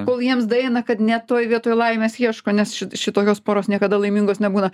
kol jiems daeina kad ne toj vietoj laimės ieško nes ši šitokios poros niekada laimingos nebūna